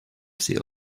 sea